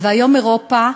והיום אירופה,